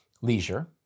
leisure